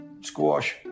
squash